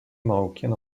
marocaine